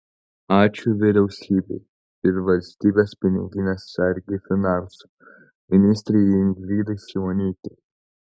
ačiū vyriausybei ir valstybės piniginės sargei finansų ministrei ingridai šimonytei